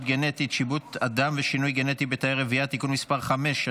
גנטית (שיבוט אדם ושינוי גנטי בתאי רבייה) (תיקון מס' 5),